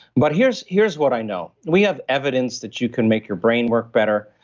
but here's here's what i know. we have evidence that you can make your brain work better.